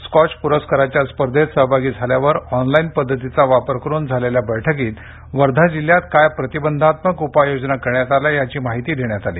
scotch प्रस्काराच्या स्पर्धेत सहभागी झाल्यावर ऑनलाईन पद्धतीचा वापर करून झालेल्या बैठकीत वर्धा जिल्ह्यात काय प्रतिबंधात्मक उपाय योजना करण्यात आल्या याची माहिती देण्यात आली